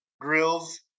grills